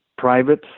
private